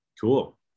Cool